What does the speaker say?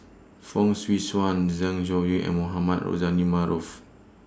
Fong Swee Suan Zeng Shouyin and Mohamed Rozani Maarof